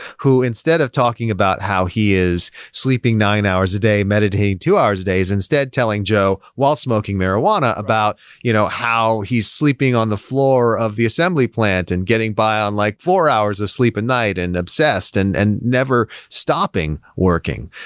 who, instead of talking about how he is sleeping nine hours a day, meditating two hours days, is instead telling joe while smoking marijuana about you know how he's sleeping on the floor of the assembly plant and getting by on like four hours of sleep a and night and obsessed and and never stopping working.